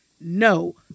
no